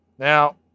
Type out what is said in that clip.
Now